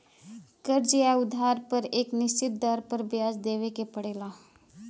कर्ज़ या उधार पर एक निश्चित दर पर ब्याज देवे के पड़ला